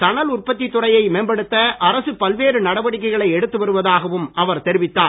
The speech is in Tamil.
சணல் உற்பத்தி துறையை மேம்படுத்த அரசு பல்வேறு நடவடிக்கைகளை எடுத்து வருவதாகவும் அவர் தெரிவித்தார்